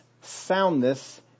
soundness